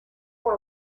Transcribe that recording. por